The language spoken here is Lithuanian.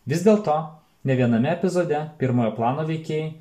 vis dėlto ne viename epizode pirmojo plano veikėjai